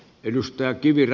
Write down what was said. arvoisa puhemies